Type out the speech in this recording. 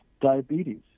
diabetes